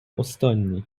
останній